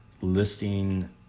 listing